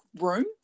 room